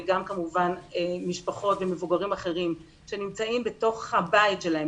גם כמובן משפחות ומבוגרים אחרים שנמצאים בתוך הבית שלהם,